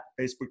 Facebook